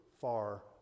far